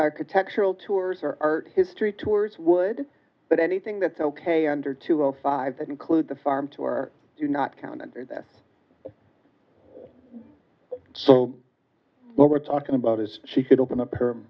architectural tours are history tours would but anything that's ok under two or five that include the farm too are you not counted that so what we're talking about is she could open up her